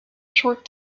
short